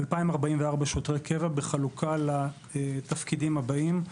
2,044 שוטרי קבע בחלוקה לתפקידים הבאים: